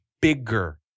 bigger